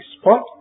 spot